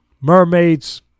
mermaids